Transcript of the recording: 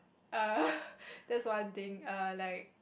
err that's one thing err like